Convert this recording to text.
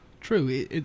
True